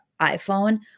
iPhone